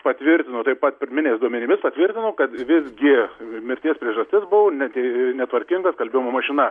patvirtino taip pat pirminiais duomenimis patvirtino kad visgi mirties priežastis buvo ne tai netvarkinga skalbimo mašina